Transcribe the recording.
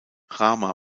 rama